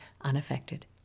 unaffected